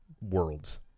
worlds